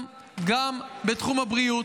גם בתחום הבריאות,